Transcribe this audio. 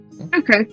Okay